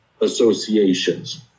associations